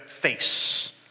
face